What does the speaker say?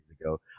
ago